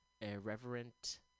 irreverent